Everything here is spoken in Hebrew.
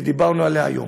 ודיברנו עליה היום.